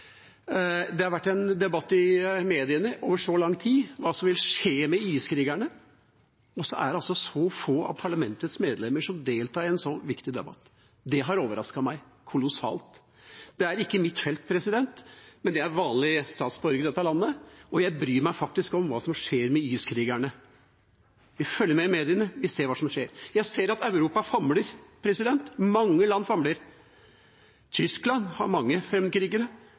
lang tid vært en debatt i mediene om hva som vil skje med IS-krigerne, og så er det altså så få av parlamentets medlemmer som deltar i en så viktig debatt. Det har overrasket meg kolossalt. Det er ikke mitt felt, men jeg er vanlig statsborger i dette landet, og jeg bryr meg faktisk om hva som skjer med IS-krigerne. Vi følger med i mediene. Vi ser hva som skjer. Jeg ser at Europa famler. Mange land famler. Tyskland har mange